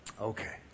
Okay